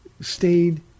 stayed